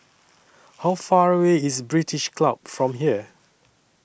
How Far away IS British Club from here